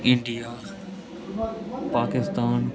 India Pakistan